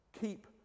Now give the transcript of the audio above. keep